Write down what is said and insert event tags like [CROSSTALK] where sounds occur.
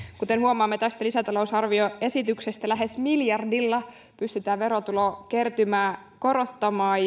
kuten huomaamme tästä lisätalousarvioesityksestä lähes miljardilla pystytään verotulokertymää korottamaan [UNINTELLIGIBLE]